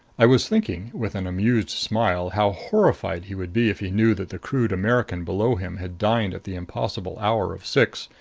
i was thinking, with an amused smile, how horrified he would be if he knew that the crude american below him had dined at the impossible hour of six,